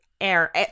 air